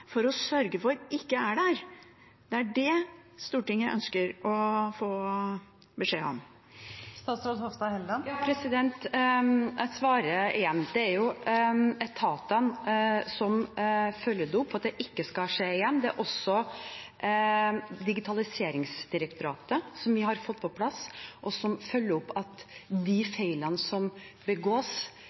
for å sørge for ikke er der. Det er det Stortinget ønsker å få beskjed om. Jeg svarer igjen: Det er etatene som følger opp at det ikke skal skje igjen. Det er også Digitaliseringsdirektoratet, som vi har fått på plass, som følger opp at de feilene som begås,